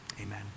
amen